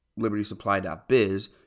libertysupply.biz